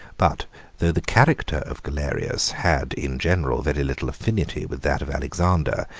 but though the character of galerius had in general very little affinity with that of alexander,